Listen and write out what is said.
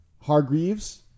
Hargreaves